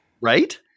right